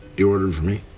you ordered for me?